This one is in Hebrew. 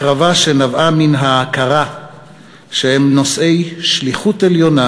שההקרבה נבעה מן ההכרה שהם נושאי שליחות עליונה,